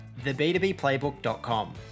theb2bplaybook.com